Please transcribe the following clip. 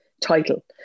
title